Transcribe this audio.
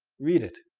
read it.